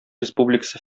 республикасы